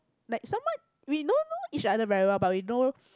like somewhat we don't know each other very well but we know